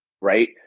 Right